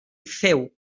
féu